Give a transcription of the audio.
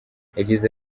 yagize